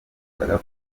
kuvuga